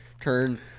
turn